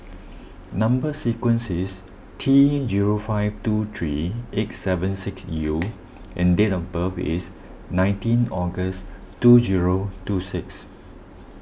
Number Sequence is T zero five two three eight seven six U and date of birth is nineteen August two zero two six